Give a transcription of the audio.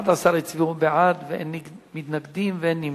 11 הצביעו בעד ואין מתנגדים, ואין נמנעים.